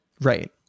right